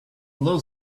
low